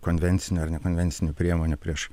konvencinių ar nekonvencinių priemonių prieš